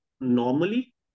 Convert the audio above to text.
normally